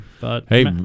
Hey